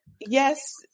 yes